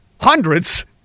Hundreds